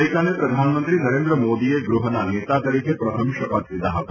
ગઇકાલે પ્રધાનમંત્રી નરેન્દ્ર મોદીએ ગૃહના નેતા તરીકે પ્રથમ શપથ લીધા હતા